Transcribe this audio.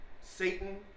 Satan